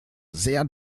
sehr